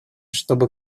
чтобы